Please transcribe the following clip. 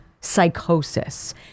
Psychosis